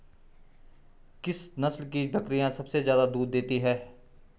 किस नस्ल की बकरीयां सबसे ज्यादा दूध देती हैं?